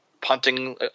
punting